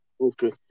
Okay